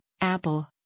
Apple